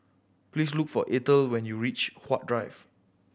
please look for Eathel when you reach Huat Drive